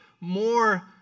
more